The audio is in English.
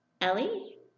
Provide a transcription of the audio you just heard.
Ellie